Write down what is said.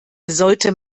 sollte